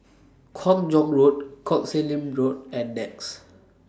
Kung Chong Road Koh Sek Lim Road and Nex